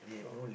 frog